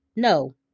no